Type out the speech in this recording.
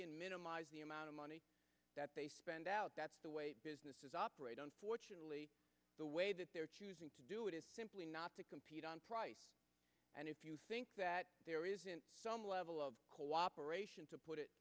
in minimize the amount of money that they spend out that's the way businesses operate on fortunately the way that they're choosing to do it is simply not to compete on price and if you think that there is some level of cooperation to put it